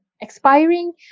expiring